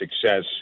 success